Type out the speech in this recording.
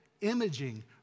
imaging